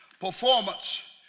performance